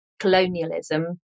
colonialism